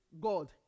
God